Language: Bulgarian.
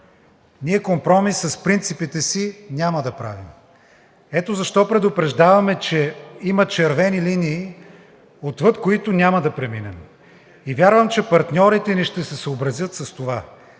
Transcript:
ние компромис с принципите си няма да правим. Ето защо предупреждаваме, че има червени линии, отвъд които няма да преминем. Вярвам, че партньорите ни ще се съобразят с това,